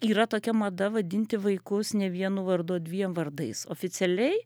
yra tokia mada vadinti vaikus ne vienu vardu o dviem vardais oficialiai